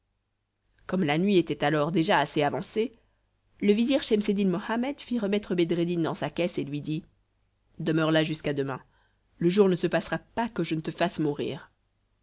comme la nuit était alors déjà assez avancée le vizir schemseddin mohammed fit remettre bedreddin dans sa caisse et lui dit demeure là jusqu'à demain le jour ne se passera pas que je ne te fasse mourir